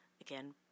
again